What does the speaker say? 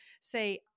say